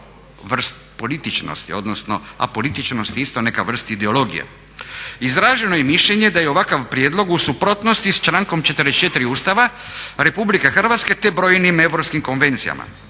vrst političnosti, odnosno apolitičnost je isto neka vrst ideologije. Izraženo je mišljenje da je ovakav prijedlog u suprotnosti s člankom 44. Ustava RH te brojnim europskim konvencijama.